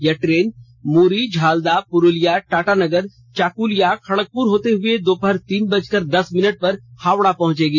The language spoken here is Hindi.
यह ट्रेन मुरी झालिदा पुरुलिया टाटानगर चाकुलिया खड़गपुर होते हुए दोपहर तीन बजकर दस मिनट पर हावड़ा पहुंचेगी